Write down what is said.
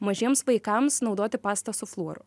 mažiems vaikams naudoti pastą su fluoru